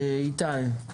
איתי.